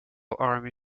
army